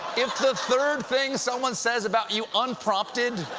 if the third thing someone says about you, unprompted,